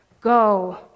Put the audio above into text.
go